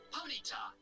Ponyta